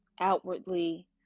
outwardly